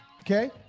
okay